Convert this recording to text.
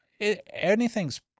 Anything's